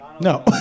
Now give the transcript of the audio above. No